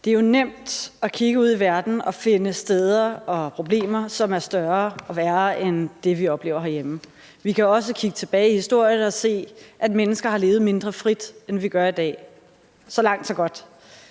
Det er jo nemt at kigge ud i verden og finde steder, hvor problemerne er større og værre, end hvad vi oplever herhjemme. Vi kan også kigge tilbage i historien og se, at mennesker har levet mindre frit, end vi gør i dag. Så langt så godt.